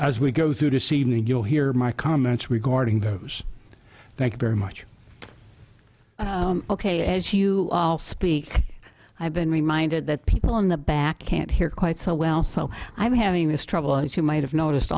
as we go through to see me and you'll hear my comments regarding those thank you very much ok as you speak i've been reminded that people in the back can't hear quite so well so i'm having this trouble as you might have noticed